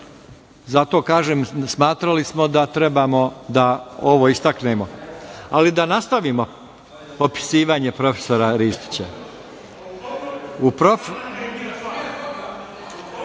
zato kažem - smatrali smo da treba da ovo istaknemo, ali da nastavimo opisivanje prof. Ristića. Molim